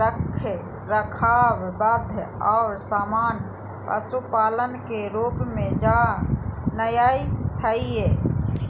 रखरखाव, वध और सामान्य पशुपालन के रूप में जा नयय हइ